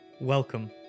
welcome